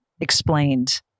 explained